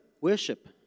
Worship